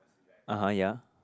(uh huh) ya